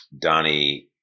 Donnie